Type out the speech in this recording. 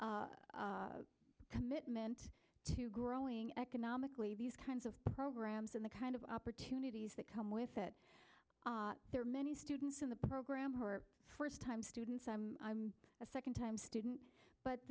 boards commitment to growing economically these kinds of programs in the kind of opportunities that come with it there are many students in the program or first time students i'm a second time student but